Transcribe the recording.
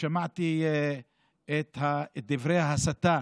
שמעתי את דברי ההסתה